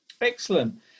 Excellent